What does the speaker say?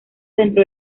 dentro